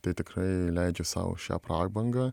tai tikrai leidžiu sau šią prabangą